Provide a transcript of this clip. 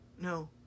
no